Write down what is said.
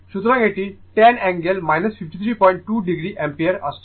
সুতরাং এটি 10 angle 532o ampere আসছে